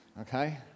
Okay